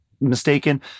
mistaken